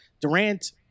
Durant